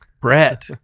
Brett